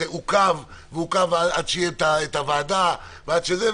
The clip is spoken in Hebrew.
זה עוכב עד שתתכנס ועדת החינוך.